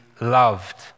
loved